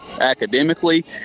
academically